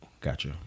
Gotcha